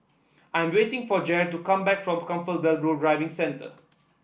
I am waiting for Jair to come back from ComfortDelGro Driving Centre